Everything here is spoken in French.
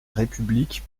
république